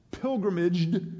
pilgrimaged